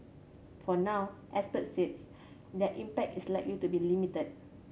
for now experts says their impact is likely to be limited